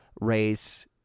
race